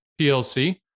PLC